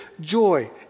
joy